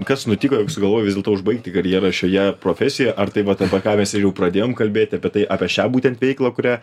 kas nutiko jog sugalvojai vis dėlto užbaigti karjerą šioje profesijoje ar tai vat apie ką mes ir jau pradėjom kalbėt apie tai apie šią būtent veiklą kurią